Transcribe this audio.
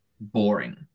boring